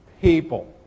people